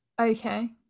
okay